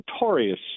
notorious